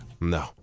No